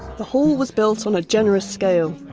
the hall was built on a generous scale,